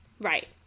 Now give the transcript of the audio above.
Right